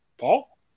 Paul